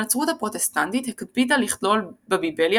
הנצרות הפרוטסנטית הקפידה לכלול בביבליה